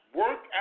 work